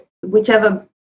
whichever